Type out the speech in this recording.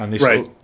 Right